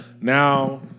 Now